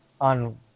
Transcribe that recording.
on